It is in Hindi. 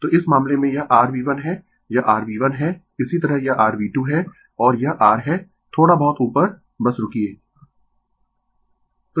तो इस मामले में यह rV1 है यह rV1 है इसी तरह यह rV2 है और यह r है थोड़ा बहुत ऊपर बस रूकिये